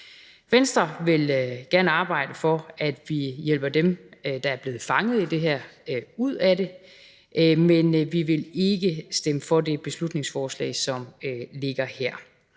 Venstre vil gerne arbejde for, at vi hjælper dem, der er blevet fanget i det her, ud af det. Men vi vil ikke stemme for det beslutningsforslag, som ligger her.